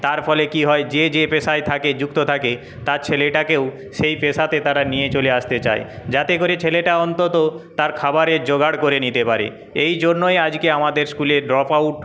তার ফলে কি হয় যে যে পেশায় থাকে যুক্ত থাকে তার ছেলেটাকেও সেই পেশাতে তারা নিয়ে চলে আসতে চায় যাতে করে ছেলেটা অন্তত তার খাবারের জোগার করে নিতে পারে এই জন্যই আজকে আমাদের স্কুলে ড্রপ আউট